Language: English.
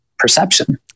perception